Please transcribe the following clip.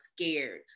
scared